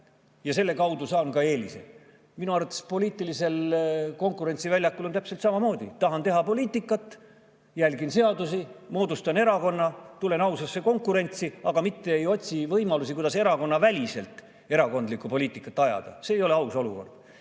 ja selle kaudu saan eelise. Minu arvates on poliitilisel konkurentsiväljakul täpselt samamoodi: kui tahan teha poliitikat, siis järgin seadusi, moodustan erakonna, tulen ausasse konkurentsi, aga mitte ei otsi võimalusi, kuidas erakonnaväliselt erakondlikku poliitikat ajada. See ei ole aus olukord.